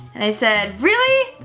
and they said really?